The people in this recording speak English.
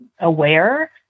aware